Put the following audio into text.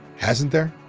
hasn't there?